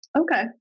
okay